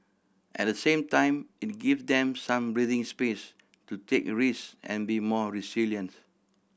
at the same time it give them some breathing space to take risk and be more resilient